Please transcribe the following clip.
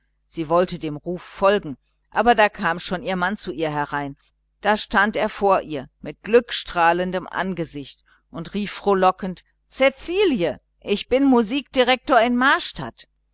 sie wollte dem ruf folgen aber da kam schon ihr mann zu ihr herein da stand er vor ihr mit glückstrahlendem angesicht und rief frohlockend cäcilie ich bin musikdirektor in